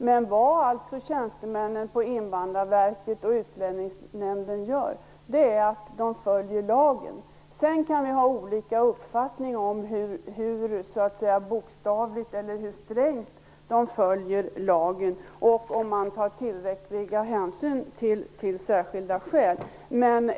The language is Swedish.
Men vad tjänstemännen på Invandrarverket och Utlänningsnämnden gör är att de följer lagen. Vi kan ha olika uppfattning om hur strängt de följer lagen och om tillräcklig hänsyn tas till särskilda skäl.